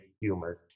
humor